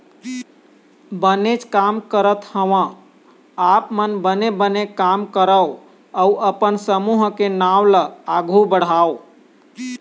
बनेच काम करत हँव आप मन बने बने काम करव अउ अपन समूह के नांव ल आघु बढ़ाव